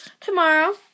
tomorrow